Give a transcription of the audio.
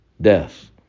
death